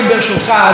תודה.